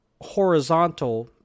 horizontal